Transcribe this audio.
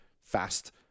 fast